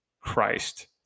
Christ